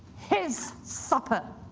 his supper.